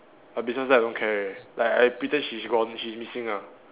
but besides that I don't care like I pretend she's gone she's missing ah